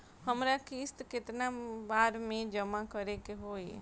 हमरा किस्त केतना बार में जमा करे के होई?